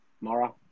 Mara